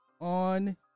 on